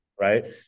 right